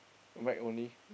whack only